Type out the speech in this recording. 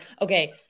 okay